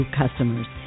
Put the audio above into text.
customers